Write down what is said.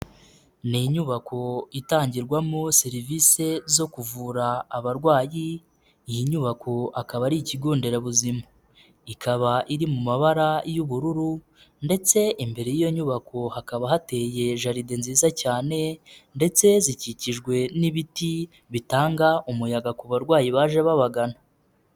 Ni inyubako itangirwamo serivise zo kuvura abarwayi, iyi nyubako akaba ari ikigonderabuzima, ikaba iri mu mabara y'ubururu ndetse imbere y'iyo nyubako hakaba hateye jaride nziza cyane ndetse zikikijwe n'ibiti bitanga umuyaga ku barwayi baje babagana.